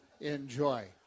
enjoy